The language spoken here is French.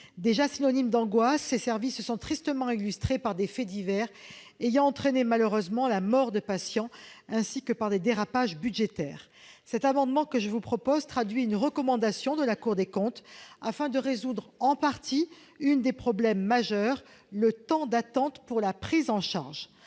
Déjà synonymes d'angoisse, ces services se sont tristement illustrés par des faits divers, ayant malheureusement entraîné la mort de patients, ainsi que par des dérapages budgétaires. Cet amendement traduit une recommandation de la Cour des comptes afin de résoudre, en partie, un des problèmes majeurs : le temps d'attente pour la prise en charge.